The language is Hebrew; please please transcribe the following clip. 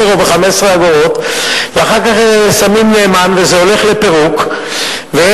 לא משלמים את האג"חים שלהם.